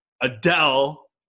Adele